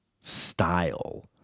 style